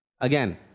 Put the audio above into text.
Again